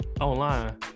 online